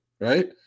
right